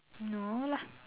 no lah